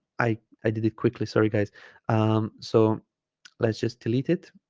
i i did it quickly sorry guys um so let's just delete it